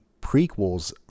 prequels